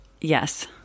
Yes